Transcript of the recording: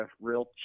real